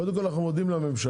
קודם כל אנחנו מודים לממשלה